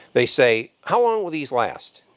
they say, how um will these last?